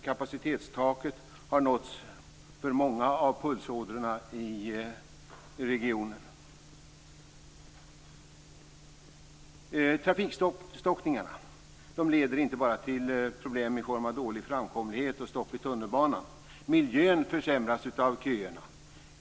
Kapacitetstaket har nåtts för många av pulsådrorna i regionen. Trafikstockningarna leder inte bara till problem i form av dålig framkomlighet och stopp i tunnelbanan. Miljön försämras av köerna.